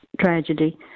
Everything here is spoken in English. tragedy